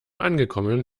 angekommen